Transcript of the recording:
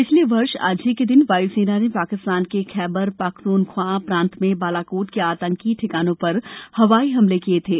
पिछले वर्ष आज ही के दिन वायुसेना ने पाकिस्तान के खैबर पख्तूनख्वा प्रांत में बालाकोट के आतंकी ठिकानों पर हवाई हमले किये थे